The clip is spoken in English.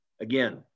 Again